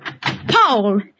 Paul